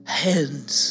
hands